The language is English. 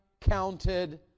counted